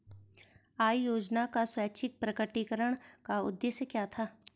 आय योजना का स्वैच्छिक प्रकटीकरण का उद्देश्य क्या था?